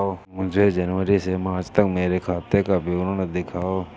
मुझे जनवरी से मार्च तक मेरे खाते का विवरण दिखाओ?